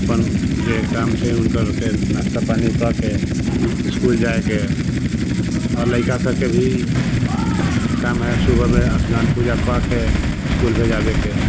अपन जे काम छै हुनकरके नाश्ता पानि कऽ कऽ इसकुल जाइके आओर लइका सबके काम हइ सुबहमे अस्नान पूजा कऽ कऽ इसकुल भेजाबैके